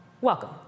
Welcome